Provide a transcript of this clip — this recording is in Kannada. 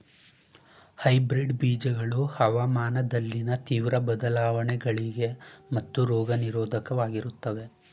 ಹೈಬ್ರಿಡ್ ಬೀಜಗಳು ಹವಾಮಾನದಲ್ಲಿನ ತೀವ್ರ ಬದಲಾವಣೆಗಳಿಗೆ ಮತ್ತು ರೋಗ ನಿರೋಧಕವಾಗಿರುತ್ತವೆ